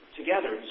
together